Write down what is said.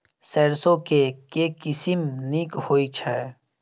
सैरसो केँ के किसिम नीक होइ छै?